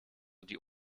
die